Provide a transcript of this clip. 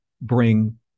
bring